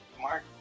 Mark